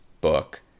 book